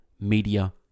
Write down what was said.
Media